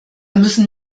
müssen